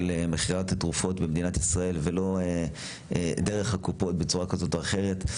מכירת התרופות במדינת ישראל שלא דרך הקופות בצורה כזאת או אחרת.